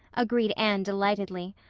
agreed anne delightedly.